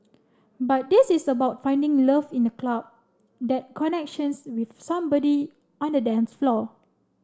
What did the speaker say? but this is about finding love in the club that connections with somebody on the dance floor